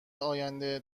آینده